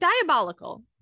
diabolical